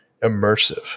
immersive